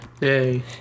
Yay